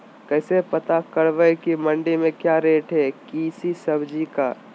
कैसे पता करब की मंडी में क्या रेट है किसी सब्जी का?